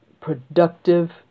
productive